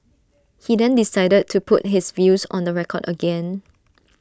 he then decided to put his views on the record again